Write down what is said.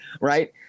right